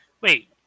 Wait